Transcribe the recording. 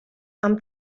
amb